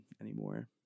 anymore